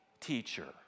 teacher